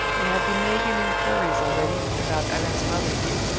they have been making inquiries already about allan's mother here,